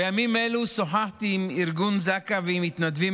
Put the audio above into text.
בימים אלו שוחחתי עם ארגון זק"א ועם מתנדבים